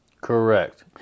correct